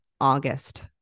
August